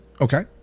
Okay